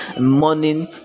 Morning